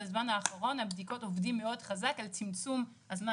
בזמן האחרון הבדיקות עובדים מאוד חזק על צמצום הזמן